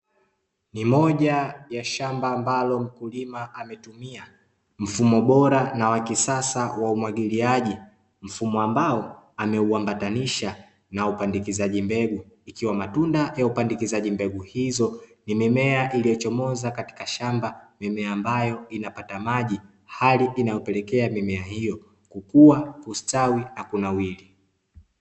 Ni moja ya shamba ambalo mkulima ametumia mfumo bora na wa kisasa wa umwagiliaji, mfumo ambao ameuambatanisha na upandikizaji mbegu ikiwa matunda ya upandikizaji mbegu hizo ni mimea iliyochomoza katika shamba mimea ambayo inapata maji, hali inayopelekea mimea hiyo kukua ustawi na kuanawiri.